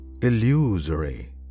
illusory